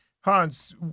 Hans